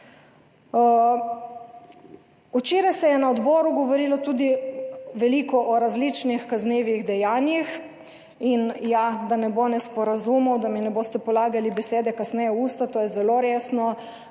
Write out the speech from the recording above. Včeraj se je na odboru govorilo tudi veliko o različnih kaznivih dejanjih in ja, da ne bo nesporazumov, da mi ne boste polagali besede kasneje v usta, to je zelo resno,